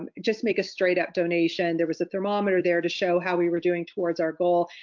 and just make a straight up donation, there was a thermometer there to show how we were doing towards our goal.